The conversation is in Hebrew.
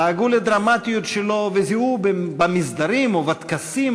לעגו לדרמטיות שלו וזיהו במסדרים ובטקסים